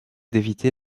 d’éviter